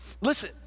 Listen